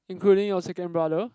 including your second brother